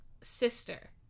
sister